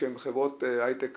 אלה חברות מהטובות